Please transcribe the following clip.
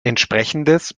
entsprechendes